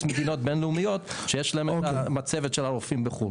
מדינות בין-לאומיות שיש להן מצבת של הרופאים בחו"ל.